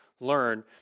learn